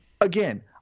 again—